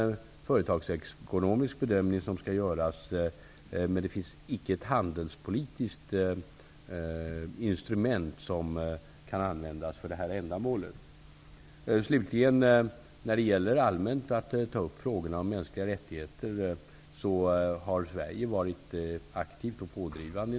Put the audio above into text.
Det är en företagsekonomisk bedömning som skall göras. Men det finns icke ett handelspolitiskt instrument som kan användas för detta ändamål. När det slutligen gäller att ta upp frågor om de mänskliga rättigheterna rent allmänt, har Sverige varit aktivt och pådrivande.